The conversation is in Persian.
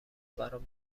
برام